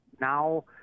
now